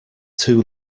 too